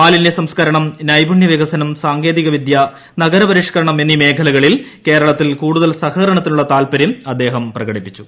മാലിന്യ സംസ്കരണം നൈഫുണ്യപികസനം സാങ്കേതിക വിദ്യ നഗരപരിഷ്കരണം എന്നീ മേഖലകളിൽ കേരളത്തിൽ കൂടുതൽ സഹകരണത്തിനുള്ള താൽപര്യം അദ്ദേഹം പ്രകടിപ്പിച്ചു